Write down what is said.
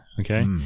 Okay